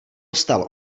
stalo